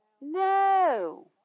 No